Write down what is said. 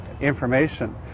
information